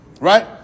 right